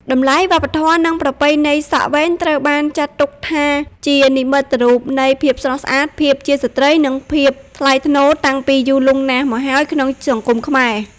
តម្លៃវប្បធម៌ និងប្រពៃណី សក់វែងត្រូវបានចាត់ទុកថាជា និមិត្តរូបនៃភាពស្រស់ស្អាត ភាពជាស្ត្រី និងភាពថ្លៃថ្នូរតាំងពីយូរលង់ណាស់មកហើយក្នុងសង្គមខ្មែរ។